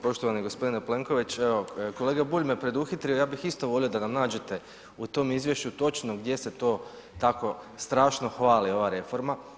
Poštovani gospodine Plenković evo, kolega Bulj me preduhitrio ja bih isto volio da nam nađete u tom izvješću točno gdje se to tako strašno hvali ova reforma.